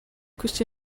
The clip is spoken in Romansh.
quist